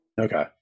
Okay